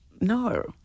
No